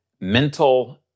mental